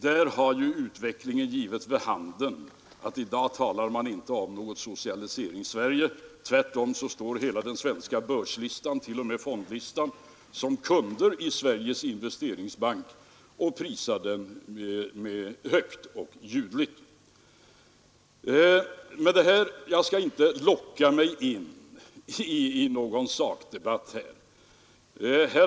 Där har ju utvecklingen givit vid handen att i dag talar man inte om något Socialiseringssverige. Tvärtom står hela den svenska börslistan, t.o.m. fondlistan, som kunder i Sveriges investeringsbank och prisar den högt och ljudligt. Jag skall alltså inte låta locka mig in i någon sakdebatt här.